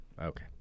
Okay